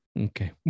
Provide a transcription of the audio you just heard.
Okay